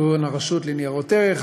כגון הרשות לניירות ערך,